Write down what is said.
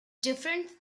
different